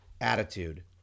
attitude